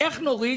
איך נוריד?